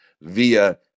via